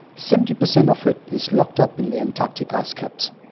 seventy percent of it is locked up in the antarctic ice caps.